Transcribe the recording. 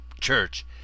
church